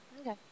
Okay